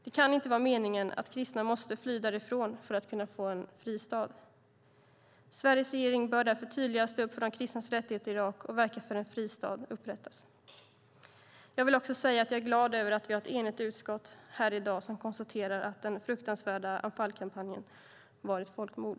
Det kan inte vara meningen att kristna måste fly därifrån för att kunna få en fristad. Sveriges regering bör därför tydligare stå upp för de kristnas rättigheter i Irak och verka för att en fristad upprättas. Jag vill också säga att jag är glad över att vi har ett enigt utskott här i dag som konstaterar att den fruktansvärda Anfalkampanjen var ett folkmord.